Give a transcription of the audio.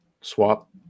swap